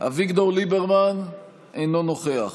אביגדור ליברמן, אינו נוכח